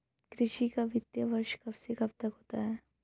कृषि का वित्तीय वर्ष कब से कब तक होता है?